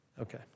Okay